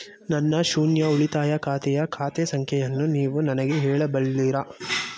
ನನ್ನ ಶೂನ್ಯ ಉಳಿತಾಯ ಖಾತೆಯ ಖಾತೆ ಸಂಖ್ಯೆಯನ್ನು ನೀವು ನನಗೆ ಹೇಳಬಲ್ಲಿರಾ?